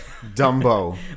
Dumbo